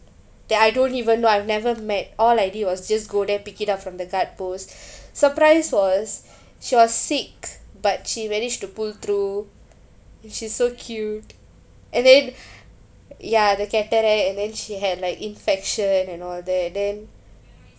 that I don't even know I've never met all I did was just go there pick it up from the guard post surprise was she was sick but she managed to pull through and she's so cute and then ya the cataract and then she had like infection and all that then